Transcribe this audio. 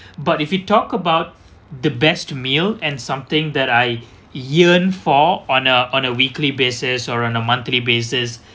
but if you talk about the best meal and something that I yearned for on a on a weekly basis or on a monthly basis